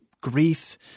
grief